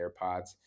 AirPods